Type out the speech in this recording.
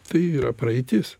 tai yra praeitis